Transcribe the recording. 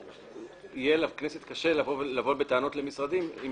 יהיה לכנסת קשה לבוא בטענות למשרדים אם